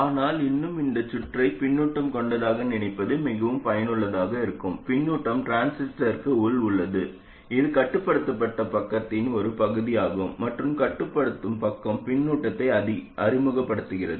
ஆனால் இன்னும் இந்த சுற்றை பின்னூட்டம் கொண்டதாக நினைப்பது மிகவும் பயனுள்ளதாக இருக்கும் பின்னூட்டம் டிரான்சிஸ்டருக்கு உள் உள்ளது இது கட்டுப்படுத்தப்பட்ட பக்கத்தின் ஒரு பகுதியாகும் மற்றும் கட்டுப்படுத்தும் பக்கம் பின்னூட்டத்தை அறிமுகப்படுத்துகிறது